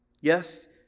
Yes